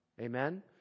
Amen